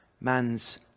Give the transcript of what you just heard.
man's